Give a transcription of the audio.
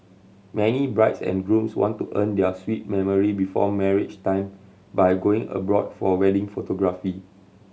many brides and grooms want to earn their sweet memory before marriage time by going abroad for wedding photography